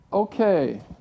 Okay